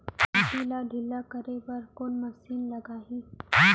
माटी ला ढिल्ला करे बर कोन मशीन लागही?